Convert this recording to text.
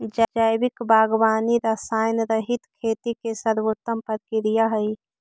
जैविक बागवानी रसायनरहित खेती के सर्वोत्तम प्रक्रिया हइ